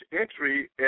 entry